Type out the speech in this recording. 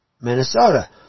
Minnesota